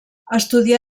estudià